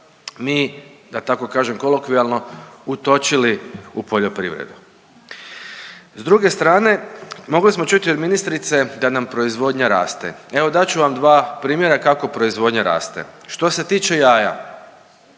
mi da tako kažem kolokvijalno, utočili u poljoprivredu. S druge strane mogli smo čuti od ministrice da nam proizvodnja raste. Evo dat ću vam dva primjera kako proizvodnja raste. Što se tiče jaja,